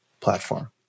platform